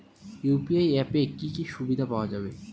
UPI অ্যাপে কি কি সুবিধা পাওয়া যাবে?